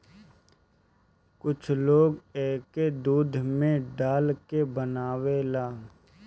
कुछ लोग एके दूध में डाल के बनावेला